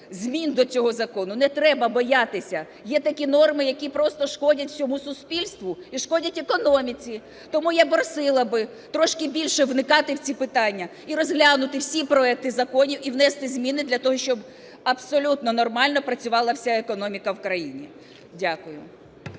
змін до цього закону. Не треба боятися, є такі норми, які просто шкодять всьом у суспільству і шкодять економіці. Тому я просила би трошки більше вникати в ці питання і розглянути всі проекти законів і внести зміни для того, щоб абсолютно нормально працювала вся економіка в країні. Дякую.